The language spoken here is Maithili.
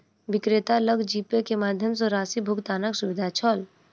विक्रेता लग जीपे के माध्यम सॅ राशि भुगतानक सुविधा छल